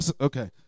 Okay